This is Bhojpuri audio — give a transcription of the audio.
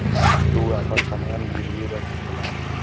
तू आपन समान गिर्वी रख सकला